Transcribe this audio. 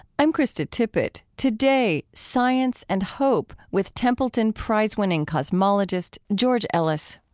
i'm krista tippett. today, science and hope, with templeton prize-winning cosmologist george ellis